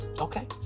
Okay